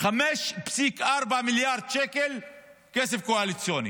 5.4 מיליארד שקל כסף קואליציוני.